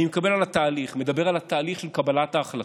אני מדבר על התהליך של קבלת ההחלטות,